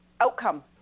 outcome